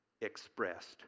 expressed